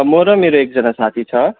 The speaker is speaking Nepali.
म र मेरो एकजना साथी छ